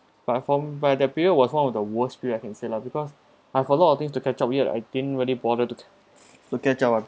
but I form by the period was one of the worst period I can say lah because I have a lot of things to catch up yet I didn't really bother to to catch up ah